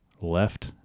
left